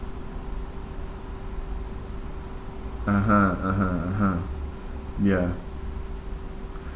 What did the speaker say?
(uh huh) (uh huh) (uh huh) ya